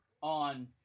on